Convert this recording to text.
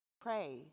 pray